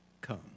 Come